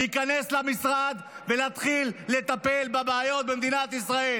להיכנס למשרד ולהתחיל לטפל בבעיות במדינת ישראל.